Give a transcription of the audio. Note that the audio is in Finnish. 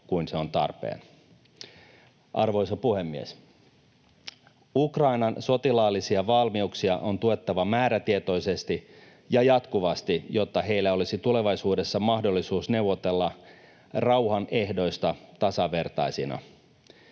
kuin se on tarpeen. Arvoisa puhemies! Ukrainan sotilaallisia valmiuksia on tuettava määrätietoisesti ja jatkuvasti, jotta heillä olisi tulevaisuudessa mahdollisuus neuvotella rauhan ehdoista tasavertaisina.